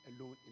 alone